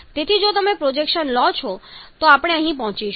તેથી જો તમે પ્રોજેકશન લો છો તો આપણે અહીં પહોંચીશું